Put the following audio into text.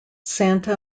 santa